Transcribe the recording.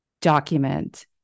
document